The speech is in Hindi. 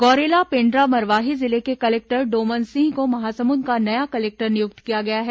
गौरेला पेण्ड्रा मरवाही जिले के कलेक्टर डोमन सिंह को महासमुंद का नया कलेक्टर नियुक्त किया गया है